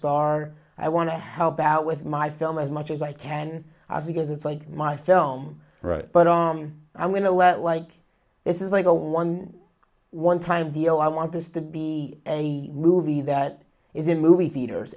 star i want to help out with my film as much as i can because it's like my film but i mean i'm going to let like this is like a one one time deal i want this to be a movie that is in movie theaters